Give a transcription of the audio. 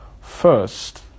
first